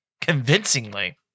convincingly